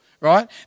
right